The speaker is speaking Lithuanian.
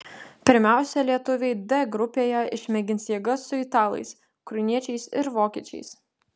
pirmiausia lietuviai d grupėje išmėgins jėgas su italais ukrainiečiais ir vokiečiais